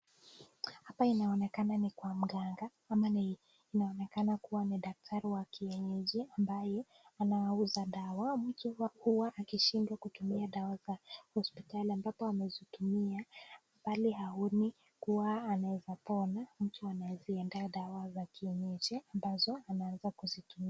Hapa inaonekana ni kwa mganga, ama ni inaonekana kuwa ni daktari wa kienyeji ambaye anauza dawa. Mtu huwa akishindwa kutumia dawa za hospitali ambapo amezitumia bali haoni kuwa anaweza pona, mtu anaziendea dawa za kienyeji ambazo anaanza kuzitumia.